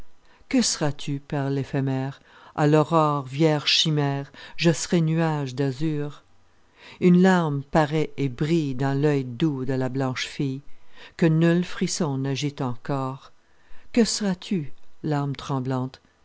que seras-tu perle éphémère a l'aurore vierge chimère je serai nuage d'azur une larme paraît et brille dans l'oeil doux de la blanche fille que nul frisson n'agite encor que seras-tu larme tremblante